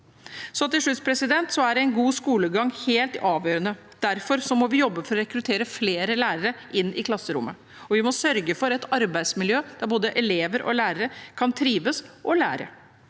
Så til slutt: En god skolegang er helt avgjørende. Derfor må vi jobbe for å rekruttere flere lærere inn i klasserommet, og vi må sørge for et arbeidsmiljø der både elever og lærere kan trives og lære.